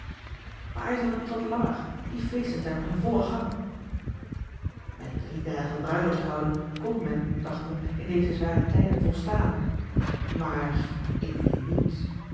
paai ze dan ietwat langer die feesten zijn nog in vollen gang met drie dagen bruiloft houden kon men dacht me in deze zware tijden volstaan maar indien niet